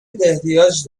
احتیاج